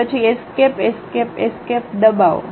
પછી escape escape escape દબાવો